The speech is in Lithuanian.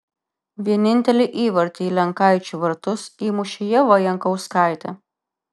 vienintelį įvartį į lenkaičių vartus įmušė ieva jankauskaitė